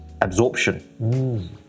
absorption